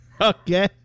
Okay